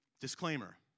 disclaimer